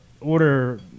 order –